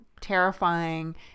terrifying